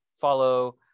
follow